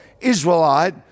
Israelite